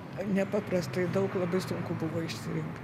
nepaprastai daug labai sunku buvo išsirinkti